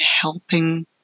helping